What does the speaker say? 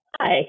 Hi